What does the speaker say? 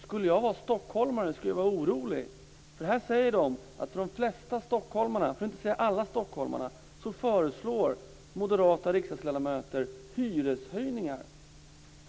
Om jag var stockholmare skulle jag vara orolig. För de flesta, för att inte säga alla, stockholmare föreslår moderata riksdagsledamöter hyreshöjningar.